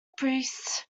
priests